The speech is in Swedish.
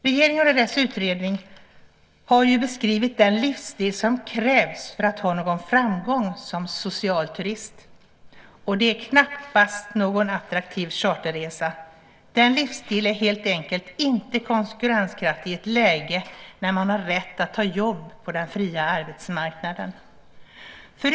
Regeringen och dess utredning har ju beskrivit den livsstil som krävs för att man ska ha någon framgång som social turist, och det är knappast någon attraktiv charterresa. Den livsstilen är helt enkelt inte konkurrenskraftig i ett läge där man har rätt att ta jobb på den fria arbetsmarknaden.